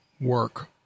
work